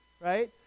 right